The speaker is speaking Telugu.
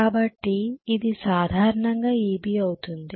కాబట్టి ఇది సాధారణంగా Eb అవుతుంది